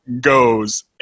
goes